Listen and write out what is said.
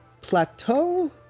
plateau